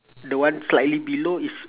the one slightly below is